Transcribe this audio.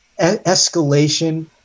escalation